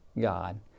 God